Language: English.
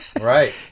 right